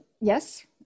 yes